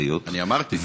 אמרתי.